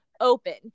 open